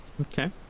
okay